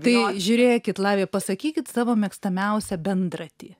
tai žiūrėkit lavija pasakykit savo mėgstamiausią bendratį